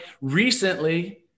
recently